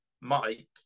Mike